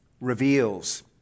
reveals